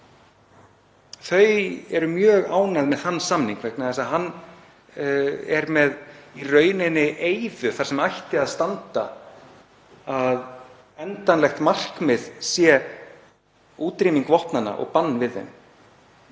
Þau eru mjög ánægð með þann samning vegna þess að hann er í rauninni með eyðu þar sem ætti að standa að endanlegt markmið sé útrýming vopnanna og bann við þeim.